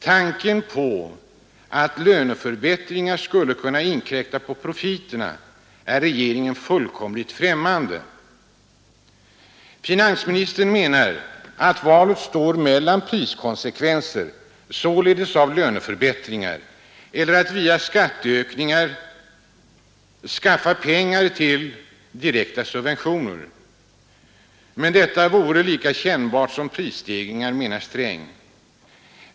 Tanken på att löneförbättringar skulle kunna inkräkta på profiterna är regeringen fullkomligt f Finansministern menar att valet står mellan priskonsekvenser således av löneförbättringar — eller att via skatteökningar skaffa pengar till direkta subventioner. Men detta vore lika kännbart som prisstegringar, menar herr Sträng.